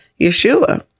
Yeshua